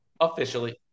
officially